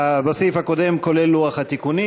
בסעיף הקודם זה כולל לוח התיקונים.